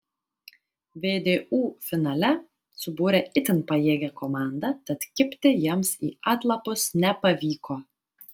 vdu finale subūrė itin pajėgią komandą tad kibti jiems į atlapus nepavyko